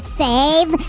save